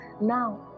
Now